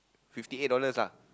fifty eight dollars lah